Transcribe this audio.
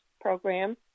program